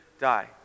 die